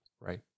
Right